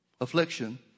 Affliction